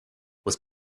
was